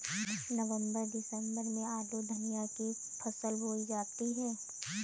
नवम्बर दिसम्बर में आलू धनिया की फसल बोई जाती है?